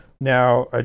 Now